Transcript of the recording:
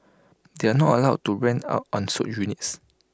they are not allowed to rent out unsold units